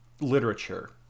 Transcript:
literature